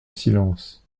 silence